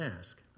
ask